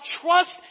trust